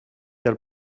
del